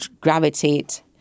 gravitate